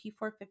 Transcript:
P450